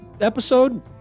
episode